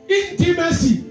intimacy